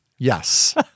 Yes